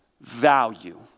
value